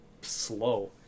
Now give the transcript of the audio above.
Slow